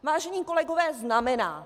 Vážení kolegové, znamená.